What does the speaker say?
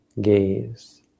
gaze